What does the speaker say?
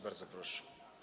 Bardzo proszę.